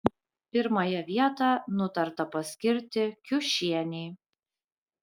pirmąją vietą nutarta paskirti kiušienei